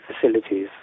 facilities